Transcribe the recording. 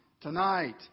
tonight